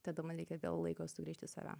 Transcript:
tada man reikia vėl laiko sugrįžt į save